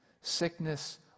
sickness